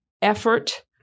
effort